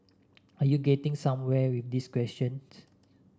are you getting somewhere with this questions